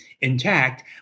intact